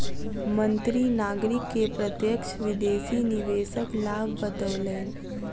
मंत्री नागरिक के प्रत्यक्ष विदेशी निवेशक लाभ बतौलैन